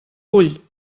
vull